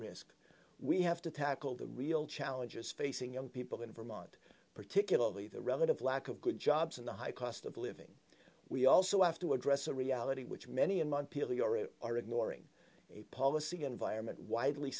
risk we have to tackle the real challenges facing young people in vermont particularly the relative lack of good jobs and the high cost of living we also have to address a reality which many in montpelier are ignoring a policy environment widely